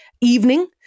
Evening